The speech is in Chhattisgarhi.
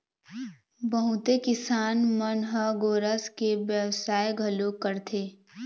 बहुते किसान मन ह गोरस के बेवसाय घलोक करथे